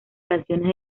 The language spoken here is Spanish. canciones